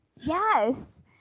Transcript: Yes